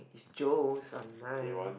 Jones online